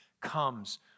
comes